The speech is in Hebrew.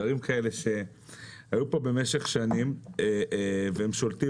דברים כאלה שהיו פה במשך שנים והם שולטים